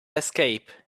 escape